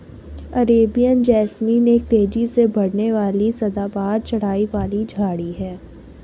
Arabian jasmine एक तेजी से बढ़ने वाली सदाबहार चढ़ाई वाली झाड़ी है